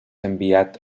enviat